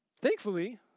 Thankfully